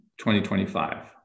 2025